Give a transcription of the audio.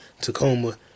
Tacoma